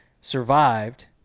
survived